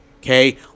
okay